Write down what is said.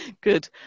Good